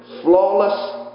flawless